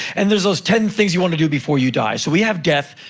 and there's those ten things you want to do before you die. so we have death,